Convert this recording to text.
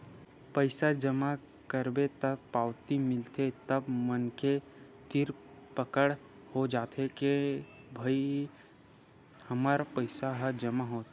पइसा जमा करबे त पावती मिलथे तब मनखे तीर पकड़ हो जाथे के भई हमर पइसा ह जमा होगे